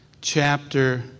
chapter